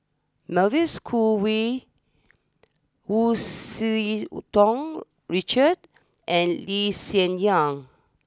Mavis Khoo Oei Hu Tsu Tau Richard and Lee Hsien Yang